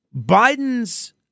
Biden's